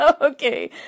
Okay